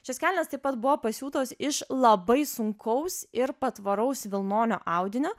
šios kelnės taip pat buvo pasiūtos iš labai sunkaus ir patvaraus vilnonio audinio